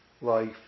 life